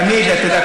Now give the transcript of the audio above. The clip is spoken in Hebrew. אתה יודע,